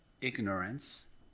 ignorance